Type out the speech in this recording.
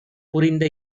புரிந்த